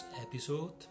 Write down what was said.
episode